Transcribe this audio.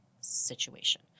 situation